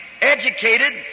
educated